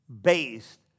based